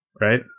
right